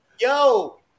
Yo